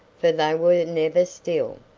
for they were never still.